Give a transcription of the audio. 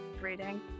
reading